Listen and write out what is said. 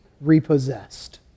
repossessed